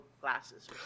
glasses